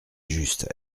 juste